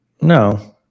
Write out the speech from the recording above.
no